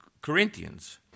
Corinthians